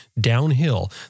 downhill